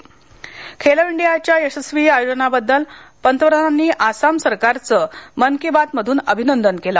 खेलो इंडियाच्या यशस्वी आयोजनाबद्दल पंतप्रधानांनी आसाम सरकारच मन की बात मधून अभिनंदन केल